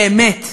באמת.